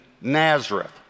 Nazareth